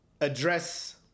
address